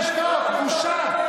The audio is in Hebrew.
תשתוק, בושה.